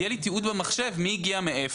יהיה לי תיעוד במחשב מי הגיע מאיפה.